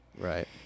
right